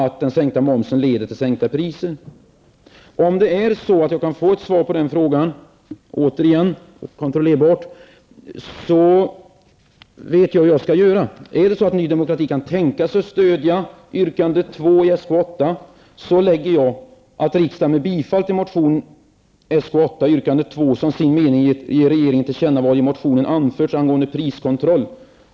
Törhända kunde Ny Om jag kan få svar på den frågan -- kontrollerbart -- vet jag hur jag skall göra: om Ny Demokrati stödjer yrkande 2 i motion Sk8, hemställer jag att riksdagen med bifall till motion Sk8 yrkande 2 som sin mening ger till känna vad i motionen anförts angående priskontroll.